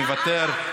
מוותר,